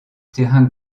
terrain